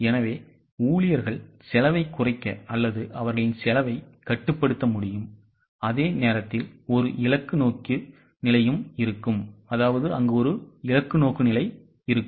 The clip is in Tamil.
எனவே ஊழியர்கள் செலவைக் குறைக்க அல்லது அவர்களின் செலவைக் கட்டுப்படுத்த முடியும் அதே நேரத்தில் ஒரு இலக்கு நோக்குநிலையும் இருக்கும்